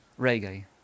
Reggae